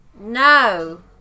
No